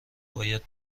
باید